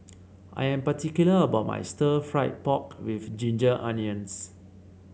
I am particular about my Stir Fried Pork with Ginger Onions